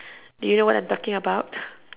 do you know what I'm talking about